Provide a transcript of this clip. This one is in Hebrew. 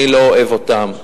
אני לא אוהב אותן.